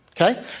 Okay